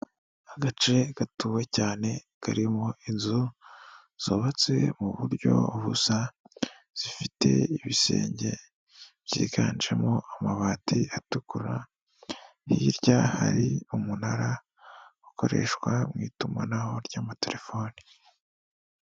Agace gatuwe cyane karimo inzu zubatse mu buryo busa, zifite ibisenge byiganjemo amabati atukura, hirya hari umunara ukoreshwa mu itumanaho ry'amatelefoni.